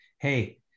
hey